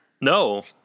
No